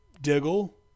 Diggle